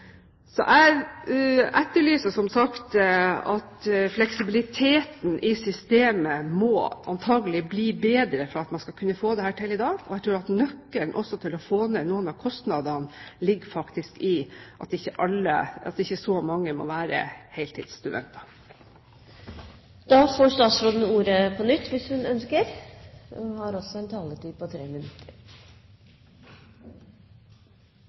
Jeg etterlyser som sagt fleksibiliteten i systemet. Det må antakelig bli bedre for at man skal kunne få dette til i dag, og jeg tror at nøkkelen til å få ned noen av kostnadene faktisk også ligger i at ikke så mange må være heltidsstudenter. Det er helt opplagt at vi må ha en gjennomgang og gjøre opp status for hvordan dette har